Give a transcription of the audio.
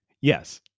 Yes